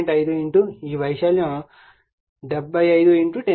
5 ఈ వైశాల్యం 75 10 4 వెబెర్